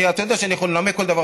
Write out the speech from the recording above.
אתה יודע שאני יכול לנמק כל דבר,